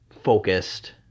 focused